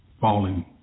falling